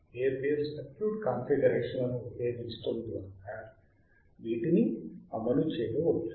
వేర్వేరు సర్క్యూట్ కాన్ఫిగరేషన్లను ఉపయోగించడం ద్వారా వీటిని అమలు చేయవచ్చు